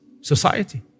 society